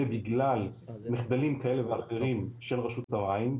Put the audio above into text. בגלל מחדלים כאלה ואחרים של רשות המים,